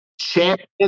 Champions